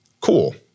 cool